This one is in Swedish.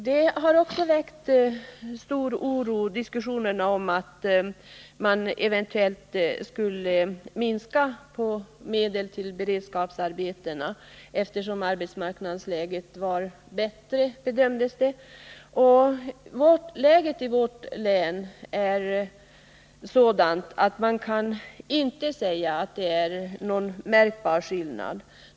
Diskussionerna om att medlen till beredskapsarbetena eventuellt skulle minskas eftersom det bedömdes att arbetsmarknadsläget var bättre har också väckt stor oro. Läget i vårt län är sådant att man inte kan säga att det är någon märkbar skillnad.